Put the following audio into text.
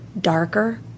darker